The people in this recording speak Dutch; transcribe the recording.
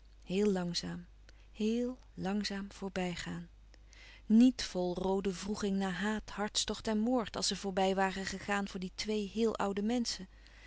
heel langzaam heel langzaam voorbijgaan nièt vol roode wroeging na haat hartstocht en moord als ze voorbij waren gegaan voor die twee héel oude menschen